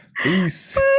Peace